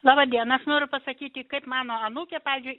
labą dieną aš noriu pasakyti kaip mano anūkė pavyzdžiui